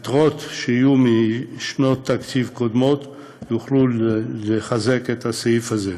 יתרות שיהיו משנות תקציב קודמות יוכלו לחזק את הסעיף הזה.